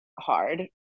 hard